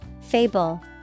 Fable